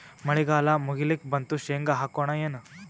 ಮಳಿಗಾಲ ಮುಗಿಲಿಕ್ ಬಂತು, ಶೇಂಗಾ ಹಾಕೋಣ ಏನು?